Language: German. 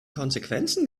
konsequenzen